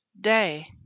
day